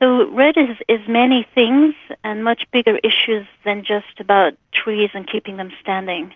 so redd is is many things and much bigger issues than just about trees and keeping them standing.